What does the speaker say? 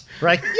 Right